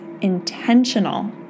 intentional